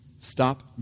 stop